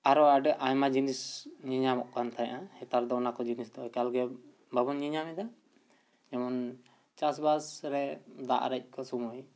ᱟᱨᱚ ᱟᱹᱰᱤ ᱟᱭᱢᱟ ᱡᱤᱱᱤᱥ ᱧᱮᱧᱟᱢᱚᱜ ᱠᱟᱱ ᱛᱟᱦᱮᱱᱟ ᱱᱮᱛᱟᱨ ᱫᱚ ᱚᱱᱟ ᱠᱚ ᱡᱤᱱᱤᱥ ᱮᱠᱟᱞ ᱜᱮ ᱵᱟᱵᱚᱱ ᱧᱮᱧᱟᱢᱮᱫᱟ ᱡᱮᱢᱚᱱ ᱪᱟᱥᱵᱟᱥ ᱨᱮ ᱫᱟᱜ ᱟᱨᱮᱡ ᱠᱚ ᱥᱚᱢᱚᱭ